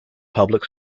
public